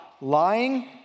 lying